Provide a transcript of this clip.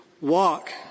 walk